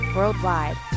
Worldwide